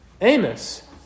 Amos